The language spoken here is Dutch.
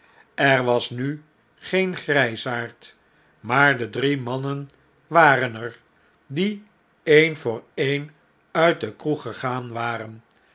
er was nu geen grjjsaard maar de drie mannen waren er die een voor een uit de kroeg gegaan waren